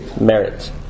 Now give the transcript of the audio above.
merit